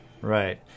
Right